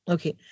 Okay